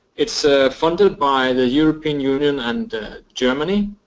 it's funded by the european union and germany